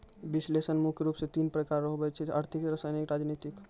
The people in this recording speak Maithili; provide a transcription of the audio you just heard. विश्लेषण मुख्य रूप से तीन प्रकार रो हुवै छै आर्थिक रसायनिक राजनीतिक